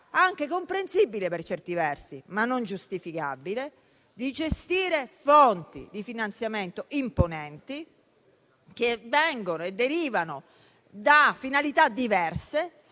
anche comprensibile per certi versi, ma non giustificabile - di gestire fonti di finanziamento imponenti che vengono e derivano da finalità diverse,